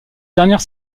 dernière